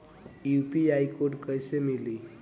UPI code कैसे मिली?